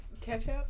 ketchup